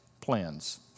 plans